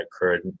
occurred